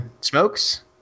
Smokes